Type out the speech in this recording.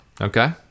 okay